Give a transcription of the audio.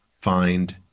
find